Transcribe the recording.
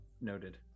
Noted